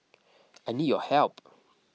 I need your help